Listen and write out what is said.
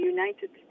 United